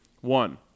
One